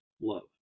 love